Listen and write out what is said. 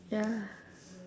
ya